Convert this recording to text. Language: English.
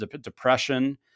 Depression